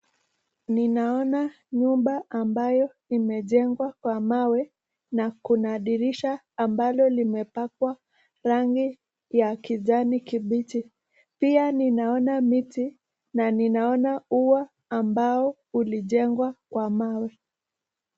Ninaona nyumba ambayo imejengwa kwa mawe, na kuna dirisha ambalo limepakwa rangi ya kijani kibichi, pia ninaona miti na ninaona ua ambao ulijengwa kwa mawe.